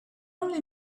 only